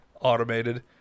automated